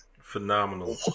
phenomenal